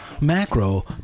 Macro